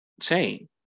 chain